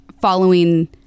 following